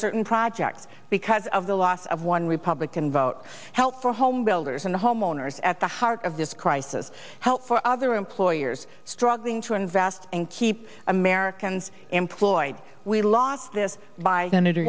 certain projects because of the loss of one republican vote help the homebuilders and the homeowners at the heart of this crisis help for other employers struggling to invest and keep americans employed we lost this by